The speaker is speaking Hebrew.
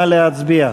נא להצביע.